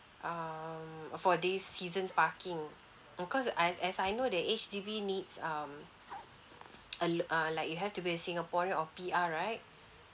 um for this seasons parking uh cause I as I know the H_D_B needs um uh like you have to be a singaporean or P_R right